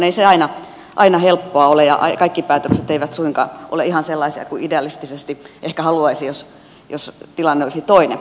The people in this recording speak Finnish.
ei se aina helppoa ole ja kaikki päätökset eivät suinkaan ole ihan sellaisia kuin idealistisesti ehkä haluaisi jos tilanne olisi toinen